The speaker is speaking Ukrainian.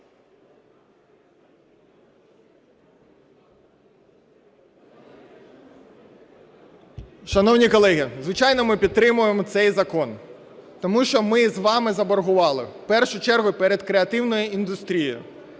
Шановні колеги, звичайно, ми підтримуємо цей закон, тому що ми з вами заборгували, в першу чергу, перед креативною індустрією,